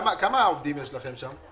כמה עובדים יש לכם שם?